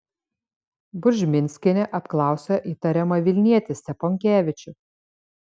buržminskienė apklausė įtariamą vilnietį steponkevičių